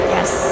Yes